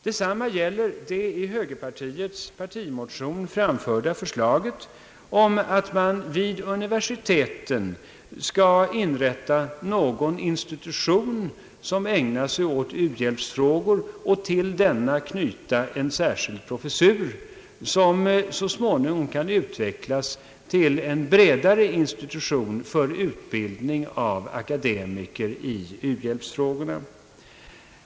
Detsamma gäller det i högerpartiets partimotion framförda förslaget om att man vid universiteten skall inrätta någon institution som ägnar sig åt uhjälpsfrågor och till denna knyta en särskild professur som så småningom kan utvecklas till en bredare institution för utbildning av akademiker i uhjälpsfrågorna.